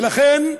ולכן,